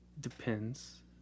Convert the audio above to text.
Depends